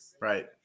Right